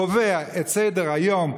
קובע את סדר-היום.